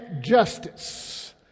justice